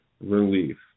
relief